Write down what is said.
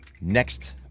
Next